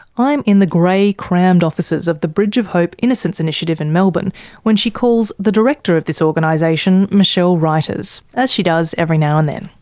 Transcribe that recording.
i'm in the grey, crammed offices of the bridge of hope innocence initiative in melbourne when she calls the director of this organisation, michele ruyters. as she does every now and then.